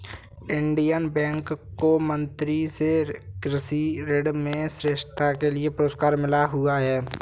Indian Bank को मंत्री से कृषि ऋण में श्रेष्ठता के लिए पुरस्कार मिला हुआ हैं